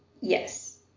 Yes